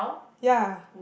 ya